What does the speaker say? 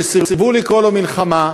שסירבו לקרוא לו מלחמה,